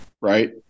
right